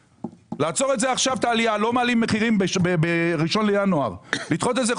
אני לא אחזור על דברי חבריי שאמרו דברים מאוד